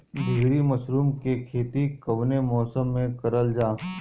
ढीघरी मशरूम के खेती कवने मौसम में करल जा?